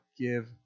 give